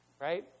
right